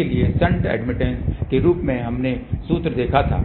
इसलिए shunt admittance के लिए हमने सूत्र देखा था